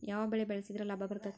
ಯಾವ ಬೆಳಿ ಬೆಳ್ಸಿದ್ರ ಲಾಭ ಬರತೇತಿ?